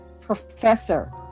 Professor